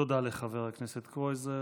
תודה לחבר הכנסת קרויזר.